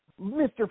Mr